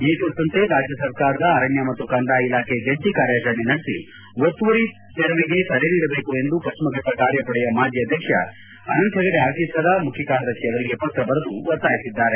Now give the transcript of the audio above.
ಈ ಕುರಿತಂತೆ ರಾಜ್ಯ ಸರ್ಕಾರದ ಅರಣ್ಣ ಮತ್ತು ಕಂದಾಯ ಇಲಾಖೆ ಜಂಟಿ ಕಾರ್ಯಚರಣೆ ನಡೆಸಿ ಒತ್ತುವರಿಗೆ ತಡೆನೀಡಬೇಕು ಎಂದು ಪಶ್ಚಿಮಘಟ್ಟ ಕಾರ್ಯಪಡೆಯ ಮಾಜಿ ಅಧ್ಯಕ್ಷ ಅನಂತ ಹೆಗಡೆ ಅತೀಸರ ಮುಖ್ಖಕಾರ್ಯದರ್ಶಿ ಅವರಿಗೆ ಪತ್ರ ಬರೆದು ಒತ್ತಾಯಿಸಿದ್ದಾರೆ